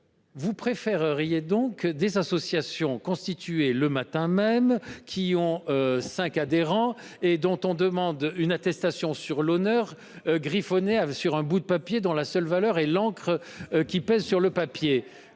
Vous préféreriez donc des associations constituées le matin même, qui comptent cinq adhérents et auxquelles on demande une attestation sur l’honneur griffonnée sur un bout de papier, dont la seule valeur est celle de l’encre qui a